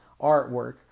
artwork